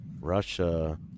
russia